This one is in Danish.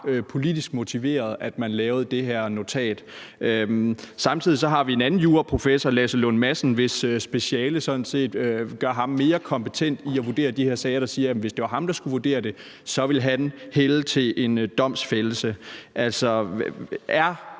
politisk motiveret, at man lavede det her notat. Samtidig har vi en anden juraprofessor, Lasse Lund Madsen, hvis speciale sådan set gør ham mere kompetent til at vurdere de her sager, og han siger, at hvis det var ham, der skulle vurdere det, så ville han hælde til en domfældelse. Altså, er